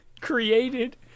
created